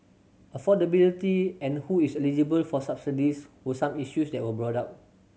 affordability and who is eligible for subsidies were some issues that were brought up